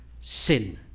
sin